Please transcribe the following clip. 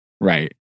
right